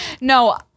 no